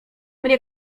mnie